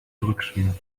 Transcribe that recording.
zurückschwingen